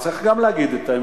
צריך גם להגיד את האמת,